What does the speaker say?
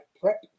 prep